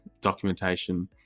documentation